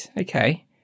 okay